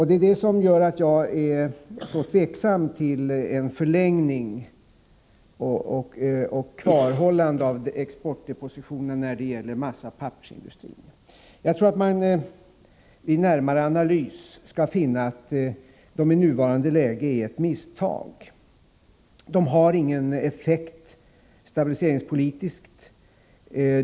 Det är detta som gör mig så tveksam till en förlängning och ett kvarhållande av exportdepositionerna när det gäller massaoch pappersindustrin. Jag tror att man vid en närmare analys skall finna att exportdepositionerna i nuvarande läge är ett misstag. De har ingen stabiliseringspolitisk effekt.